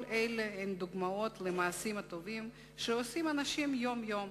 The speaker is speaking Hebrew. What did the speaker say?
כל אלה הם דוגמאות למעשים טובים שעושים אנשים יום-יום